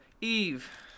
Eve